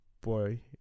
boy